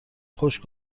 خوش